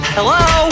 Hello